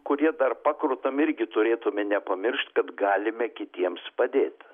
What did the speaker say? kurie dar pakrutam irgi turėtume nepamiršt kad galime kitiems padėt